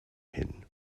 hin